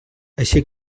així